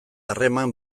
harreman